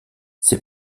ces